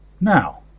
Now